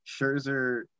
Scherzer